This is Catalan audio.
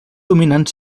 dominants